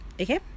Okay